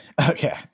Okay